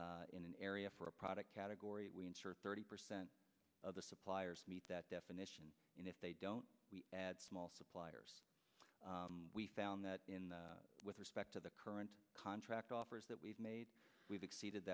bid in an area for a product category we insure thirty percent of the suppliers meet that definition and if they don't we add small suppliers we found that in with respect to the current contract offers that we've made we've exceeded